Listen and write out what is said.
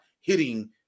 hitting